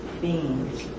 beings